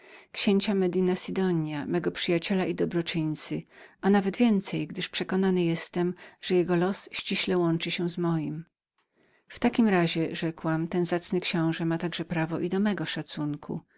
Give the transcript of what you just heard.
księcia medina sidonia mego przyjaciela a nawet więcej jak dobroczyńcy gdyż przekonany jestem że jego los ściśle łączy się z moim w takim razie rzekłam ten zacny książe ma także prawo i do mego szacunku